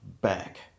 back